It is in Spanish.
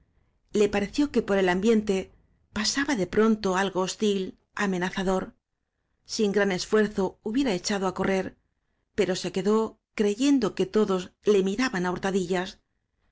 le pareció que por el ambiente pasaba de pronto algo hostil ame nazador sin gran esfuerzo hubiera echado á correr pero se quedó creyendo que todos le miraban á hurtadillas